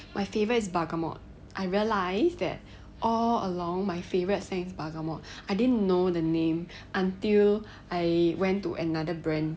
my favourite is bergamot I realise that all along my favourite scent is bergamot I didn't know the name until I went to another brand